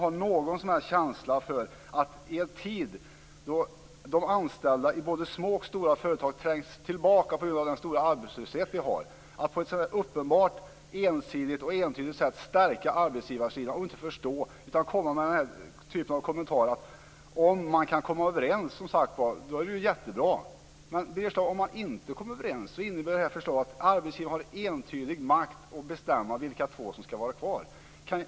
I en tid då anställda i både små och stora företag trängs tillbaka på grund av den höga arbetslösheten vill man på ett uppenbart ensidigt sätt stärka arbetsgivarsidan. Sedan kommer man med kommentarer om att det är bra om det går att komma överens. Men om man inte kommer överens innebär förslaget att arbetsgivaren har ensidig makt att bestämma vilka två som skall vara kvar.